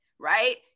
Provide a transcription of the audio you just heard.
Right